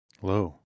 Hello